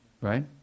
right